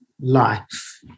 life